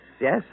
yes